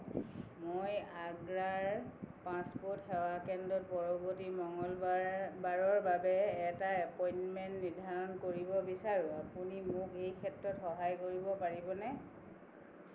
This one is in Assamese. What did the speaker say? মই আগ্ৰাৰ পাছপোৰ্ট সেৱা কেন্দ্ৰত পৰৱৰ্তী মঙলবাৰ বাৰৰ বাবে এটা এপইণ্টমেণ্ট নিৰ্ধাৰণ কৰিব বিচাৰোঁ আপুনি মোক এই ক্ষেত্ৰত সহায় কৰিব পাৰিবনে